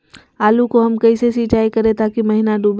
आलू को हम कैसे सिंचाई करे ताकी महिना डूबे?